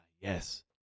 yes